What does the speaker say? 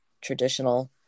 traditional